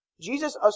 Jesus